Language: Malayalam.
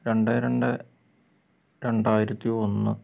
രണ്ട് രണ്ട് രണ്ടായിരത്തി ഒന്ന്